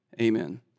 Amen